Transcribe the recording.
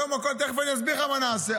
מה נעשה --- תכף אני אסביר לך מה נעשה.